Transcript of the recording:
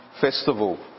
festival